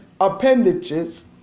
appendages